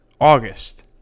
August